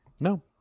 No